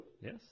Yes